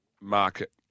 market